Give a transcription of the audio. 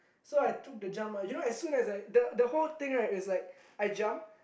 so I took the jump right you know so as soon as I the the whole thing is like I jump